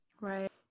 right